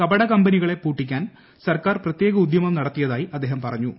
കപട കമ്പനികളെ പൂട്ടിക്കാൻ സർക്കാർ പ്രത്യേക ഉദ്യമം നടത്തിയതായി അദ്ദേഹം പറഞ്ഞു